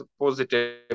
positive